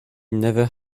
never